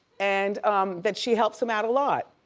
and that she helps him out a lot.